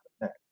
next